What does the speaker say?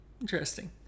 interesting